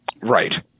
Right